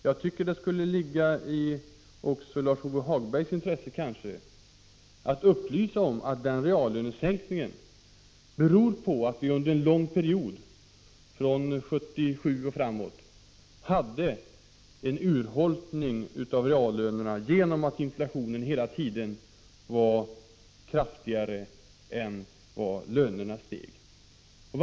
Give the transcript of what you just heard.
Jag tycker det skulle ligga också i Lars-Ove Hagbergs intresse att upplysa om att den reallönesänkningen beror på att vi under en lång period, från 1977 och fram till 1983, fått vidkännas en urholkning av reallönerna genom att inflationen var kraftigare än lönehöjningarna.